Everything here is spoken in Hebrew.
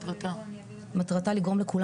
זה צריך להיות בספר החוקים.